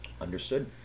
understood